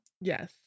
Yes